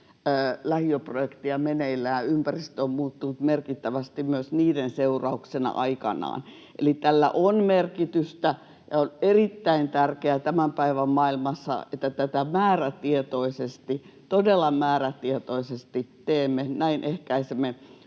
lähiöprojektia meneillään. Ympäristö on muuttunut merkittävästi myös niiden seurauksena aikanaan. Eli tällä on merkitystä, ja on erittäin tärkeää tämän päivän maailmassa, että tätä määrätietoisesti, todella määrätietoisesti teemme. Näin ehkäisemme